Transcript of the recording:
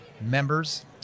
members